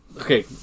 okay